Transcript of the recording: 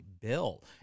bill